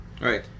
Right